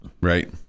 right